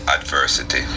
adversity